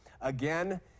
Again